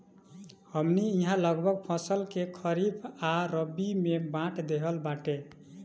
हमनी इहाँ लगभग फसल के खरीफ आ रबी में बाँट देहल बाटे